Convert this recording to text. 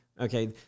Okay